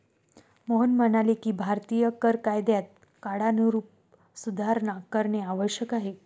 मोहन म्हणाले की भारतीय कर कायद्यात काळानुरूप सुधारणा करणे आवश्यक आहे